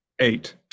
eight